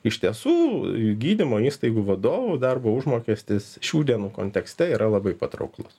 iš tiesų gydymo įstaigų vadovų darbo užmokestis šių dienų kontekste yra labai patrauklus